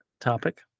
topic